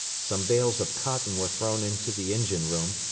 some bales of cotton were thrown into the engine-room,